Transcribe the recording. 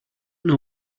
know